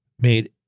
made